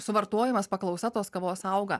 suvartojimas paklausa tos kavos auga